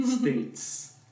states